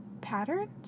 Patterns